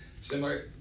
similar